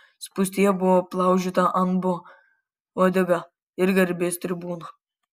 spūstyje buvo aplaužyta anbo uodega ir garbės tribūna